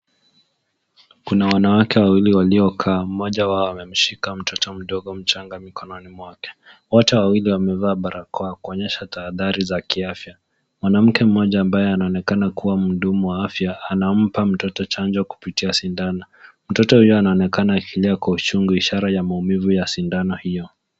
Kuna wanawake wawili waliokaa, moja wao ameshika mtoto mchanga mkononi mwake, wote wawili wamevaa barakoa kuonyesha tahadhari za kiafya , mwanamke moja ambaye anaonekana kuwa mhudhumu wa afya anampaa mtoto janjo kupitia sidano, mtoto huyu anaonekana akilia kwa uchungu ishara ya maumivu ya sidano hio.